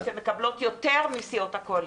מקבלות יותר מסיעות הקואליציה.